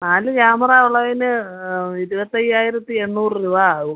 നാല് ക്യാമറ ഉള്ളതിന് ഇരുപത്തയ്യായിരത്തി എണ്ണൂറ് രൂപ ആവും